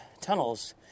tunnels